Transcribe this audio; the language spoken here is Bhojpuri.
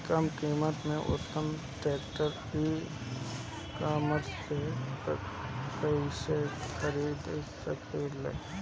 कम कीमत पर उत्तम ट्रैक्टर ई कॉमर्स से कइसे खरीद सकिले?